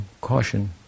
caution